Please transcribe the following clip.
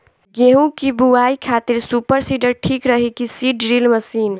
गेहूँ की बोआई खातिर सुपर सीडर ठीक रही की सीड ड्रिल मशीन?